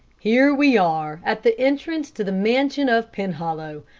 here we are at the entrance to the mansion of penhollow.